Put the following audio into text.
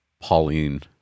Pauline